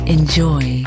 Enjoy